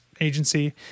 agency